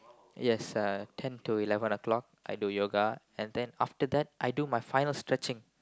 yes uh ten to eleven o-clock I do yoga and then after that I do my final stretching